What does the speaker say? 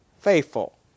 faithful